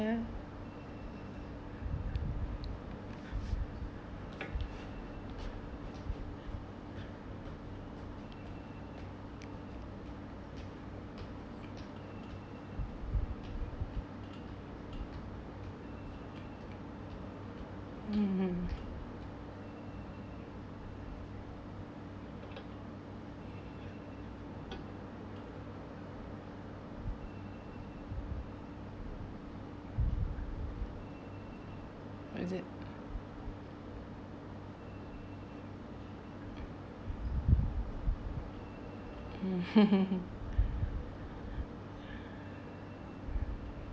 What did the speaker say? mmhmm what is it mm